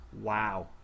wow